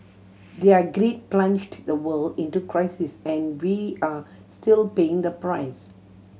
their greed plunged the world into crisis and we are still paying the price